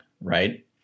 right